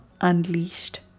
unleashed